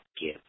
give